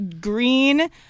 green